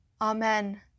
Amen